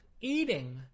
Eating